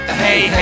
hey